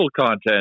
content